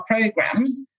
programs